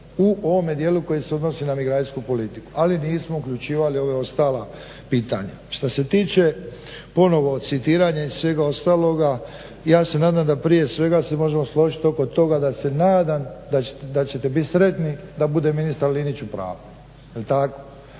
u ovome dijelu koji se odnosi na migracijsku politiku. ali nismo uključivali ova ostala pitanja. Što se tiče ponovno citiranje i svega ostaloga, ja se nadam da prije svega se možemo složiti oko toga da se nadam da ćete biti sretni da bude ministar Linić u pravu